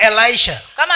Elisha